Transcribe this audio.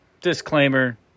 disclaimer